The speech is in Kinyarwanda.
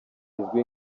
izwi